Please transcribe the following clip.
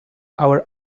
our